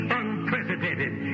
unprecedented